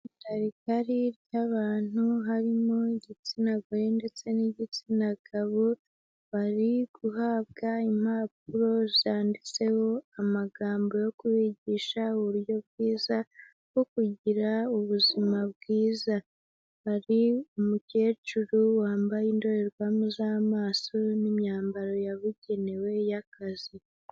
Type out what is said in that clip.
Itaritari ry'abantu harimo igitsina gore ndetse n'igitsina gabo, bari guhabwa impapuro zanditseho amagambo yo kubigisha uburyo bwiza bwo kugira ubuzima bwiza. Hari umukecuru wambaye indorerwamo z'amaso, n'imyambaro yabugenewe y'akazi.